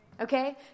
Okay